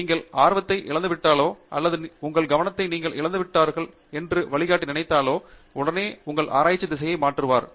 நீங்கள் ஆர்வத்தை இழந்துவிட்டாலோ அல்லது உங்கள் கவனத்தை நீங்கள் இழந்து விட்டீர்கள் என்று வழிகாட்டி நினைத்தாலோ உடனே உங்கள் ஆராய்ச்சி திசையை மாற்றுவார்